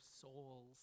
souls